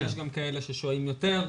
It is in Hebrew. יש גם כאלה ששוהים יותר,